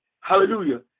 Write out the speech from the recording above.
hallelujah